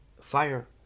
fire